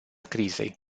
crizei